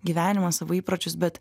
gyvenimą savo įpročius bet